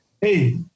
hey